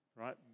right